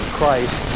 Christ